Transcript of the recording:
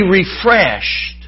refreshed